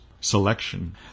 selection